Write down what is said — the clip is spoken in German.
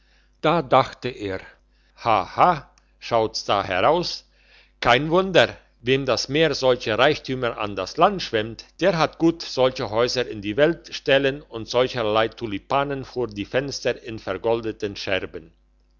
da dachte er haha schaut's da heraus kein wunder wem das meer solche reichtümer an das land schwemmt der hat gut solche häuser in die welt stellen und solcherlei tulipanen vor die fenster in vergoldeten scherben